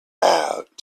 out